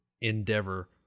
endeavor